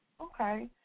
okay